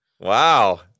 Wow